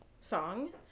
song